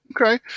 Okay